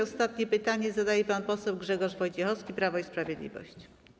Ostatnie pytanie zadaje pan poseł Grzegorz Wojciechowski, Prawo i Sprawiedliwość.